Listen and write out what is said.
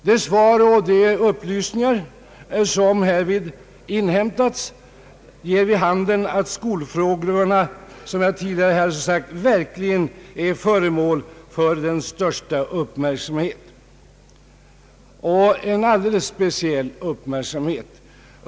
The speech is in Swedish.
De svar och de upplysningar som härvid inhämtats ger vid handen att skolfrågorna, som jag sagt här tidigare, verkligen är föremål för den största uppmärksamhet.